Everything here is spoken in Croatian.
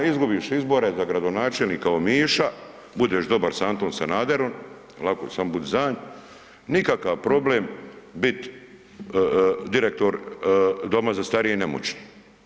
Izgubiš izbore za gradonačelnika Omiša, budeš dobar sa Antom Sanaderom, lako je samo budi za nj, nikakav problem bit direktor doma za starije i nemoćne.